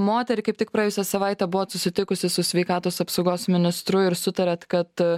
moterį kaip tik praėjusią savaitę buvot susitikusi su sveikatos apsaugos ministru ir sutarėt kad